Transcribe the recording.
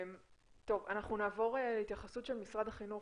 אנחנו נעבור להתייחסות של משרד החינוך